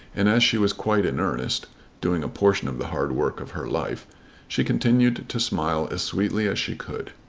and as she was quite in earnest doing a portion of the hard work of her life she continued to smile as sweetly as she could.